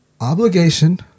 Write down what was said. obligation